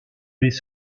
les